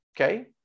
okay